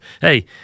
Hey